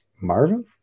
Marvin